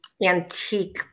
antique